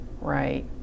right